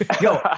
Yo